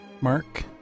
Mark